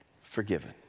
forgiven